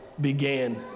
began